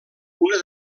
una